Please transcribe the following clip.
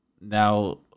Now